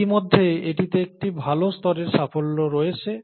ইতিমধ্যে এটিতে একটি ভাল স্তরের সাফল্য রয়েছে